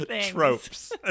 tropes